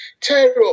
Terror